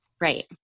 Right